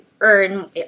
earn